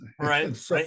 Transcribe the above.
Right